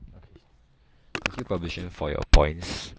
okay a few opposition for your points